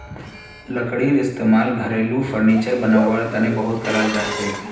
लकड़ीर इस्तेमाल घरेलू फर्नीचर बनव्वार तने बहुत कराल जाछेक